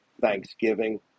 Thanksgiving